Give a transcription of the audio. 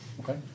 Okay